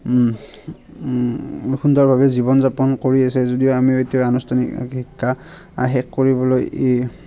সুন্দৰভাৱে জীৱন যাপন কৰি আছে যদিও আমি এতিয়া আনুষ্ঠানিক শিক্ষা শেষ কৰিবলৈ